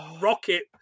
rocket